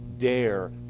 dare